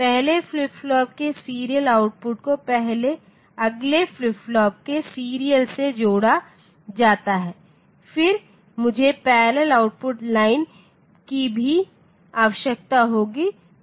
पहले flip flop के serial output को अगले फ्लिप फ्लॉप के सीरियल से जोड़ा जाता है फिर मुझे पैरेलल आउटपुट लाइन की भी आवश्यकता होगी